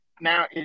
now